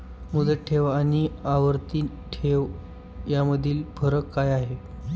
मुदत ठेव आणि आवर्ती ठेव यामधील फरक काय आहे?